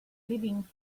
living